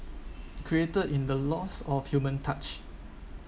created in the loss of human touch